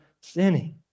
sinning